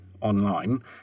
online